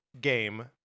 game